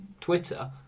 Twitter